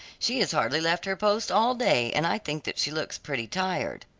she has hardly left her post all day, and i think that she looks pretty tired.